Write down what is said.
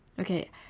Okay